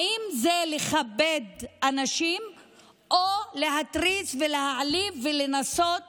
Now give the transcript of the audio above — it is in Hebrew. האם זה לכבד אנשים או להתריס ולהעליב ולנסות